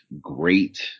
great